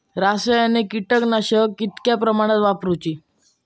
रासायनिक कीटकनाशका कितक्या प्रमाणात वापरूची?